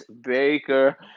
Baker